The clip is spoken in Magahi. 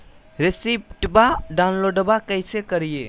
रेसिप्टबा डाउनलोडबा कैसे करिए?